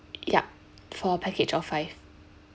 yup for package of five